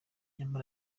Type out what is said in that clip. nyamara